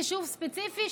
יישוב ספציפי,